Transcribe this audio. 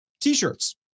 T-shirts